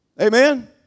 Amen